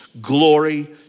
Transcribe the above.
Glory